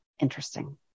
interesting